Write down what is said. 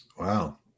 Wow